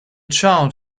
child